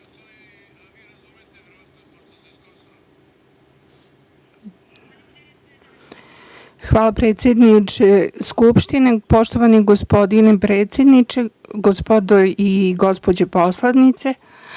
Hvala, predsedniče Skupštine. Poštovani gospodine predsedniče, gospodo i gospođe poslanice,